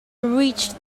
reached